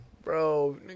Bro